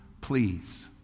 please